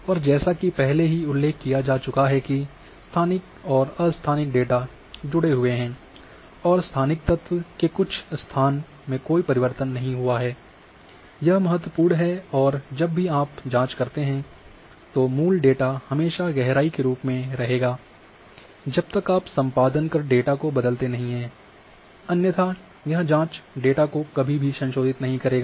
और जैसा कि पहले ही उल्लेख किया जा चुका है कि स्थानिक और अस्थानिक डेटा जुड़े हुए हैं और स्थानिक तत्व के स्थान में कोई परिवर्तन नहीं हुआ हैं यह महत्वपूर्ण है और जब भी आप जाँच करते हैं तो मूल डेटा हमेशा गहराई के रूप में रहेगा जब तक आप संपादन कर डेटा को बदलते नहीं हैं अन्यथा यह जाँच डेटा को कभी भी संशोधित नहीं करेगी